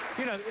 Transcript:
you know,